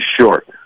short